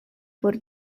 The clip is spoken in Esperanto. por